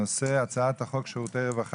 על סדר-היום: הצעת חוק שירותי רווחה